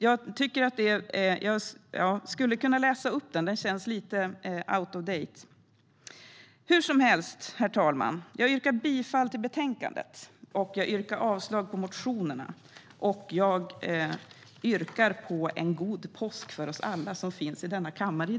Jag skulle kunna läsa upp den, för den känns lite out of date. Herr talman! Jag yrkar bifall till utskottets förslag och avslag på reservationerna. Jag yrkar också bifall till en god påsk för oss alla som finns i kammaren.